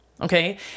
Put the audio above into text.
okay